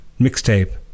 mixtape